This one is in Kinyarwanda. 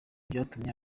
byatumye